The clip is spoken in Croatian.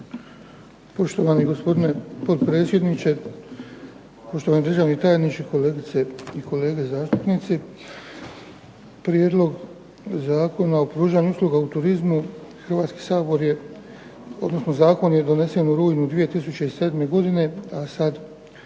Poštovani gospodine potpredsjedniče, poštovani državni tajniče, kolegice i kolege zastupnici. Prijedlog Zakona o pružanju usluga u turizmu Hrvatski sabor, odnosno zakon je donesen u rujnu 2007. godine, a sada